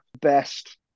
best